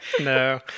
No